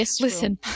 Listen